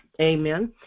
Amen